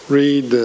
read